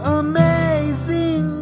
amazing